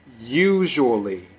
usually